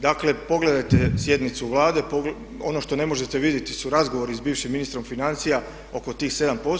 Dakle pogledajte sjednicu Vlade, ono što ne možete vidjeti su razgovori sa bivšim ministrom financija oko tih 7%